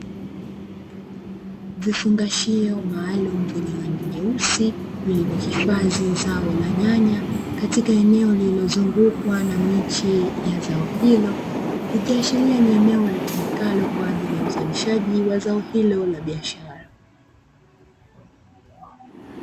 Vifungashio maalumu vyenye rangi nyeusi vilivyohifadhi zao la nyanya katika eneo lililozungukwa na miche ya zao hilo, ikiashiria ni eneo litumikalo kwa ajili ya uzalishaji wa zao hilo la biashara.